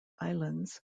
islands